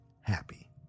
happy